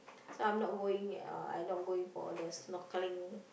so I'm not going uh I not going for the snorkelling